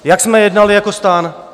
Jak jsme jednali jako STAN?